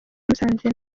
musanze